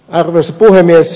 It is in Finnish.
arvoisa puhemies